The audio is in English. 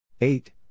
eight